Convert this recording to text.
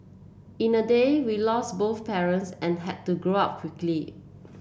in a day we lost both parents and had to grow up quickly